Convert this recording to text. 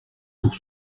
pour